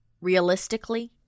Realistically